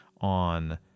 on